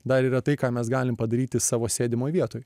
dar yra tai ką mes galim padaryti savo sėdimoj vietoj